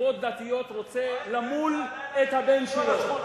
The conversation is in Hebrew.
מסיבות דתיות, רוצה למול את הבן שלו?